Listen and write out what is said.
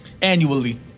annually